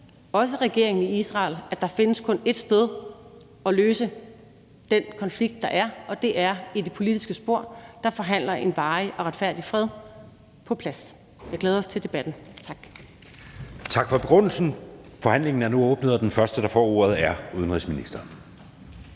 også regeringen i Israel, at der kun findes ét sted at løse den konflikt, der er, og det er i det politiske spor, hvor man forhandler en varig og retfærdig fred på plads. Jeg glæder mig til debatten. Tak.